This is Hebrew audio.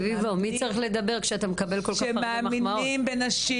שמאמינים בנשים